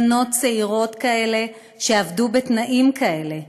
בנות צעירות כאלה, שעבדו בתנאים כאלה,